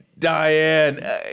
Diane